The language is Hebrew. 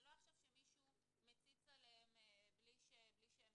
והוא